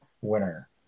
winner